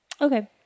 Okay